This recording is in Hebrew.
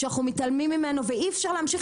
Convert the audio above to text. שאנחנו מתעלמים ממנו ואי אפשר להמשיך